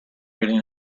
getting